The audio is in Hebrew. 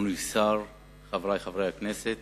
אדוני השר, חברי חברי הכנסת,